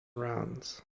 rounds